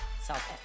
South